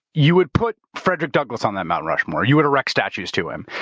you would put frederick douglass on that mount rushmore. you would erect statues to him.